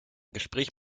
gespräch